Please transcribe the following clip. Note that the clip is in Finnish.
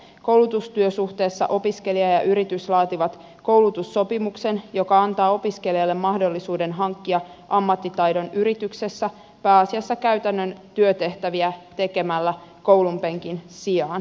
koulutustyösuhteessa opiskelija ja yritys laativat koulutussopimuksen joka antaa opiskelijalle mahdollisuuden hankkia ammattitaidon yrityksessä tekemällä pääasiassa käytännön työtehtäviä koulunpenkin sijaan